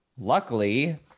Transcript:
luckily